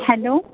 hello